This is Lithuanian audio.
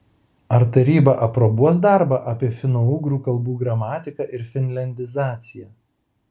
ar taryba aprobuos darbą apie finougrų kalbų gramatiką ir finliandizaciją